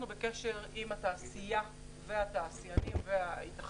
אנחנו בקשר יום יומי עם התעשייה והתעשיינים והתאחדות